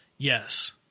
Yes